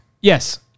Yes